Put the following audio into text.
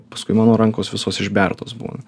paskui mano rankos visos išbertos būna